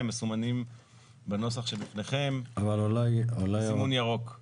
הם מסומנים בנוסח שבפניכם בסימון ירוק.